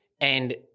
and-